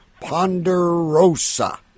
Ponderosa